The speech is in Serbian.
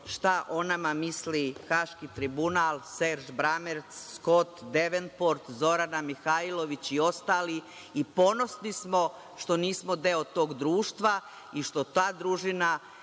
šta o nama misli Haški tribunal, Serž Bramerc, Skot Devenport, Zorana Mihajlović i ostali i ponosni smo što nismo deo tog društva i što ta družina